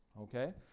okay